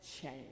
change